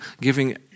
giving